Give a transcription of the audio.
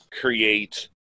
create